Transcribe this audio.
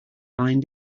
fine